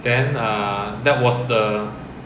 then err that was the